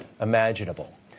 imaginable